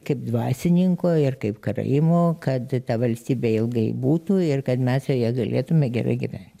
kaip dvasininko ir kaip karaimo kad ta valstybė ilgai būtų ir kad mes joje galėtume gerai gyvent